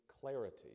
clarity